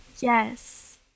Yes